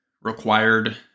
required